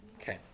okay